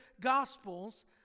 Gospels